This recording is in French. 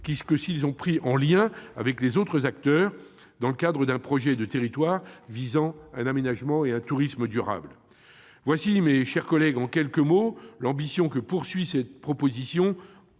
s'ils sont pris en lien avec les autres acteurs, dans le cadre d'un projet de territoire visant un aménagement et un tourisme durables. Voilà, mes chers collègues, en quelques mots, l'ambition de cette proposition,